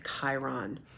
Chiron